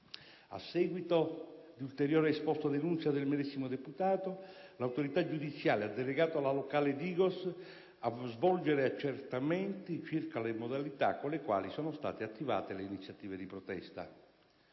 A seguito di ulteriore esposto-denuncia del medesimo deputato, l'autorità giudiziaria ha delegato la locale DIGOS a svolgere accertamenti circa le modalità con le quali sono state attivate le iniziative di protesta.